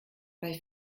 bei